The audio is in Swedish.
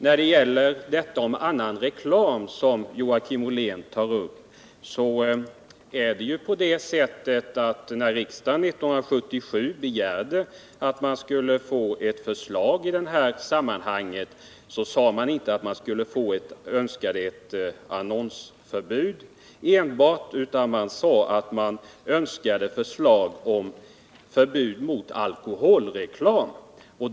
När det gäller detta med annan reklam som Joakim Ollén tar upp, så är det ju på det sättet att då riksdagen 1977 begärde ett förslag sade man inte att man önskade ett annonsförbud enbart, utan man sade att man önskade förslag om förbud mot alkoholreklam.